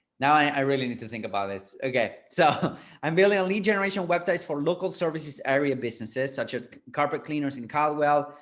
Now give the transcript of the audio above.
now i really need to think about this. okay, so i'm building a lead generation websites for local services area businesses such as carpet cleaners in caldwell.